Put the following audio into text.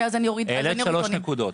העלית שלוש נקודות.